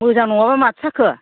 मोजां नङाबा माथो जाखो